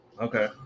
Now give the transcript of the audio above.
Okay